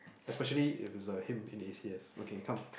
especially if it's a him in A_C_S okay come